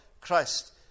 Christ